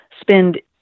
spend